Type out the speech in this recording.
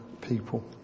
people